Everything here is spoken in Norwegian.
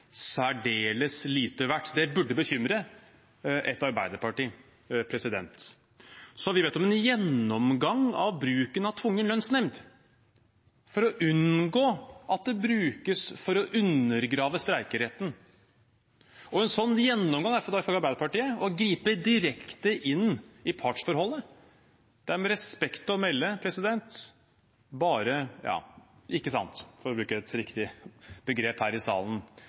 særdeles lite verdt. Det burde bekymre et arbeiderparti. Vi har bedt om en gjennomgang av bruken av tvungen lønnsnemnd for å unngå at det brukes for å undergrave streikeretten. At en sånn gjennomgang, i hvert fall ifølge Arbeiderpartiet, griper direkte inn i partsforholdet, er med respekt å melde ikke sant, for å bruke et riktig begrep her i salen.